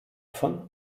von